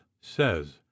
says